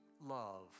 love